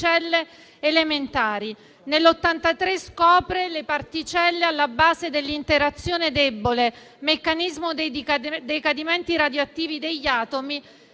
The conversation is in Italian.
Nel 1983 scopre le particelle alla base dell'interazione debole, meccanismo dei decadimenti radioattivi degli atomi,